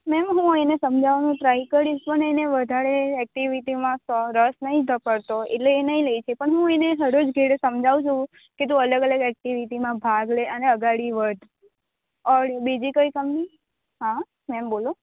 ma'am હું એને સમજાવાનું ટ્રાય કરીશ પણ એને વધારે એક્ટીવીટીમાં રસ નહી પડતો એટલે એ નહી લે છે પણ હું એને હરરોજ ઘેરે સમજાવું છું કે તું અલગ અલગ એક્ટીવીટીમાં ભાગ લે અને આગડી વધ અને બીજી કોઈ કમી હા મેમ બોલો